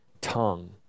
tongue